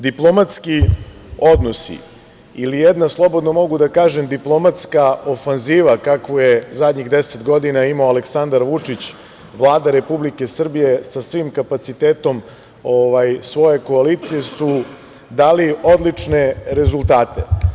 Diplomatski odnosi ili jedna, slobodno mogu da kažem, diplomatska ofanziva kakvu je zadnjih 10 godina imao Aleksandar Vučić, Vlada Republike Srbije sa svim kapacitetom svoje koalicije, su dali odlične rezultate.